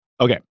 Okay